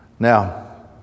Now